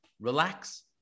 relax